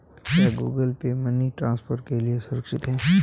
क्या Google Pay money transfer के लिए सुरक्षित है?